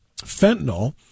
fentanyl